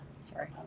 sorry